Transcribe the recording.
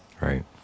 Right